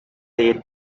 laid